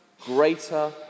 greater